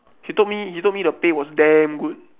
he told me he told me the pay was damn good